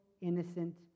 innocent